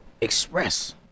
Express